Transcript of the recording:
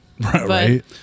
Right